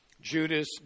Judas